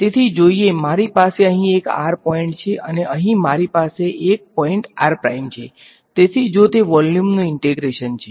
તેથી જોઈએ મારી પાસે અહીં એક r પોઈંટ છે અને મારી પાસે અહીં એક પોઈંટ r છે તેથી જો તે વોલ્યુમનુ ઈંટેગ્રેશન છે